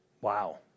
Wow